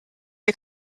you